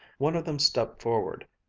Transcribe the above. one of them stepped forward,